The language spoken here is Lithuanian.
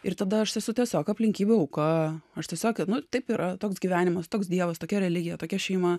ir tada aš esu tiesiog aplinkybių auka aš tiesiog nu taip yra toks gyvenimas toks dievas tokia religija tokia šeima